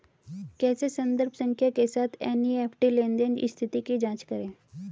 कैसे संदर्भ संख्या के साथ एन.ई.एफ.टी लेनदेन स्थिति की जांच करें?